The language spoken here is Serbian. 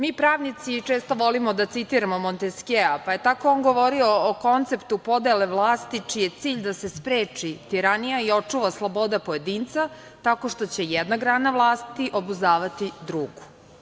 Mi pravnici često volimo da citiramo Monteskjea, pa je tako on govorio o konceptu podele vlasti čiji je cilj da se spreči tiranija i očuva sloboda pojedinca tako što će jedna grana vlasti obuzdavati drugu.